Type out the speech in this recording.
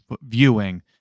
viewing